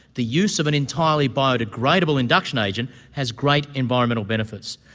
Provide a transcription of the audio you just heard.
the use of an entirely biodegradable induction agent has great environmental benefits.